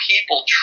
people